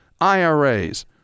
IRAs